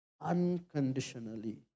unconditionally